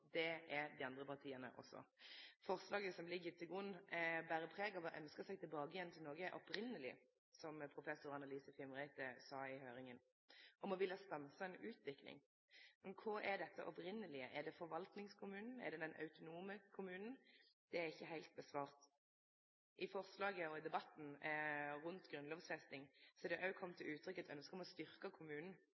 er dei andre partia også. Forslaget som ligg til grunn, ber preg av å ynskje seg tilbake til «noe opprinnelig», som professor Anne Lise Fimreite sa i høyringa – om å ville stanse ei utvikling. Kva er dette opprinnelege? Er det forvaltningskommunen? Er det den autonome kommunen? Det er det ikkje svara heilt på. I forslaget og i debatten rundt grunnlovfesting har det òg kome til uttrykk eit ynske om å styrkje kommunen.